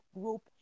group